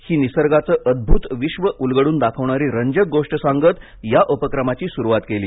ही निसर्गाच अद्वत विश्व उलगडून दाखवणारी रंजक गोष्ट सांगत या उपक्रमाची सुरुवात केली